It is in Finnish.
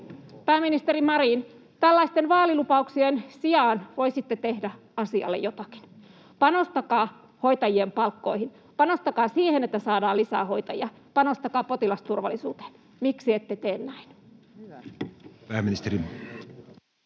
Pääministeri Marin, tällaisten vaalilupauksien sijaan voisitte tehdä asialle jotakin. Panostakaa hoitajien palkkoihin, panostakaa siihen, että saadaan lisää hoitajia, panostakaa potilasturvallisuuteen. Miksi ette tee näin? Pääministeri.